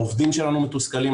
העובדים שלנו מתוסכלים,